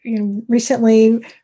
recently